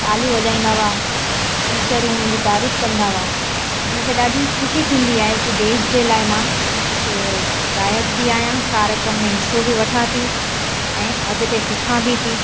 तालियूं वॼाईंदा हुआ टीचरूं मुंहिंजी तारीफ़ु कंदा हुआ त मूंखे ॾाढी ख़ुशी थींदी आहे की देश जे लाइ मां हिकु गायकु बि आहियां कार्यक्रम में हिसो बि वठां थी ऐं अॻिते सिखां बि थी